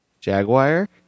Jaguar